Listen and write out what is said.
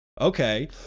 Okay